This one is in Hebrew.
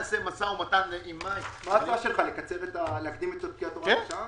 אתה רוצה להקדים את הוראת השעה